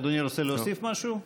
אדוני רוצה להוסיף משהו?